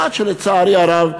עד שלצערי הרב,